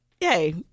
yay